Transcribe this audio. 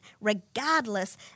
regardless